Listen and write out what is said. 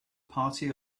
party